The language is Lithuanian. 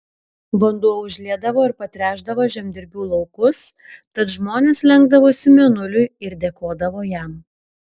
vanduo užliedavo ir patręšdavo žemdirbių laukus tad žmonės lenkdavosi mėnuliui ir dėkodavo jam